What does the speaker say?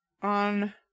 On